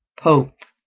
pope.